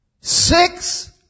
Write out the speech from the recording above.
Six